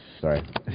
Sorry